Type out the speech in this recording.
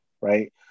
right